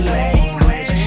language